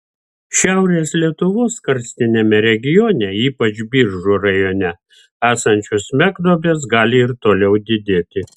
šiaurės lietuvos karstiniame regione ypač biržų rajone esančios smegduobės gali ir toliau didėti